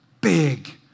big